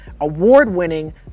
award-winning